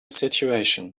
situation